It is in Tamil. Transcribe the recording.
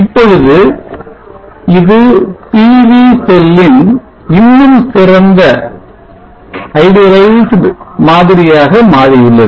இப்பொழுது இது PV செல்லின் இன்னும் சிறந்த மாதிரியாக மாறியுள்ளது